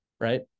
right